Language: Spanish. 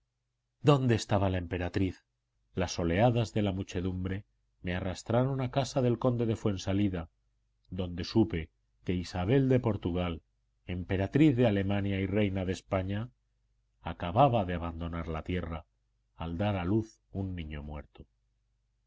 dónde estaba la emperatriz las oleadas de la muchedumbre me arrastraron a casa del conde de fuensalida donde supe que isabel de portugal emperatriz de alemania y reina de españa acababa de abandonar la tierra al dar a luz un niño muerto